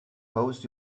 post